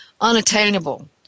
unattainable